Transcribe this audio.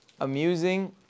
amusing